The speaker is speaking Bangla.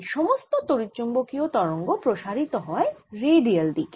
এই সমস্ত তড়িৎচুম্বকীয় তরঙ্গ প্রসারিত হয় রেডিয়াল দিকে